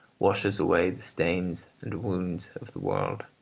washes away the stains and wounds of the world.